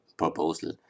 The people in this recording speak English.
proposal